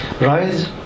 rise